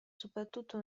soprattutto